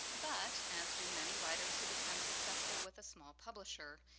but as do many writers who become successful with a small publisher,